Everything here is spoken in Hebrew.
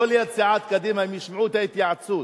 לא ליד סיעת קדימה, הם ישמעו את ההתייעצות.